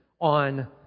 On